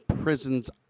Prisons